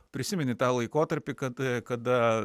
prisimeni tą laikotarpį kad kada